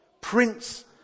prince